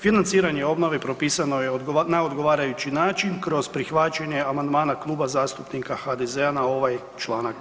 Financiranje obnove propisano na odgovarajući način kroz prihvaćanje amandmana Kluba zastupnika HDZ-a na ovaj članak.